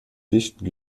dichten